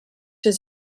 his